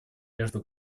между